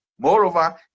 moreover